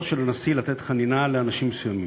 של הנשיא לתת חנינה לאנשים מסוימים.